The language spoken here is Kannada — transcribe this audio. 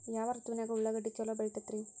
ಯಾವ ಋತುವಿನಾಗ ಉಳ್ಳಾಗಡ್ಡಿ ಛಲೋ ಬೆಳಿತೇತಿ ರೇ?